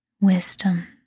wisdom